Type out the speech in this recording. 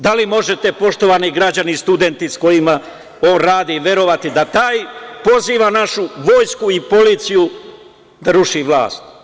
Da li možete, poštovani građani i studenti sa kojima on radi, verovati da taj poziva našu vojsku i policiju da ruši vlast?